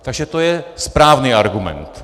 Takže to je správný argument.